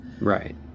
Right